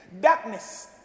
Darkness